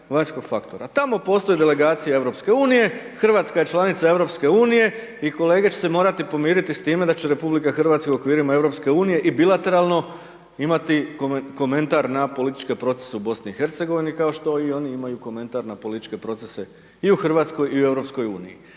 Tamo postoje delegacije EU, Hrvatska je članica EU i kolege će se morati pomiriti s time da će RH u okvirima EU i bilateralno imati komentar na političke procese u BiH, kao što i oni imaju komentar na političke procese i u Hrvatskoj i EU